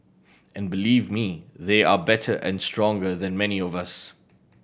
and believe me they are better and stronger than many of us